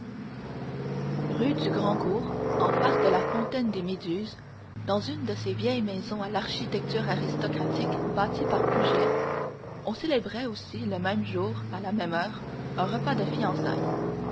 rue du grand cours en face de la fontaine des méduses dans une de ces vieilles maisons à l'architecture aristocratique bâties par puget on célébrait aussi le même jour à la même heure un repas de fiançailles